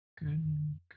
Good